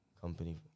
company